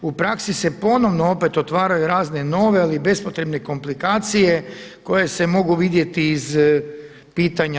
U praksi se ponovno opet otvaraju razne nove, ali bespotrebne komplikacije koje se mogu vidjeti iz pitanja